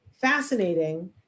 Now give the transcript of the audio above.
fascinating